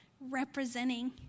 representing